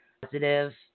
positive